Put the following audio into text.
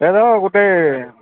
ଏତ ଗୋଟେ